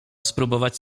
spróbować